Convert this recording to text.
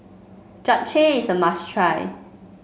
japchae is a must try